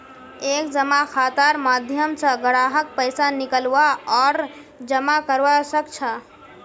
एक जमा खातार माध्यम स ग्राहक पैसा निकलवा आर जमा करवा सख छ